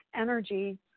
energy